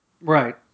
Right